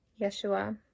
Yeshua